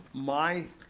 my,